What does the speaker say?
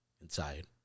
inside